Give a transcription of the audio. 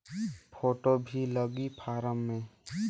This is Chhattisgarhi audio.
फ़ोटो भी लगी फारम मे?